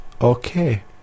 Okay